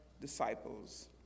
disciples